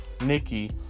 Nikki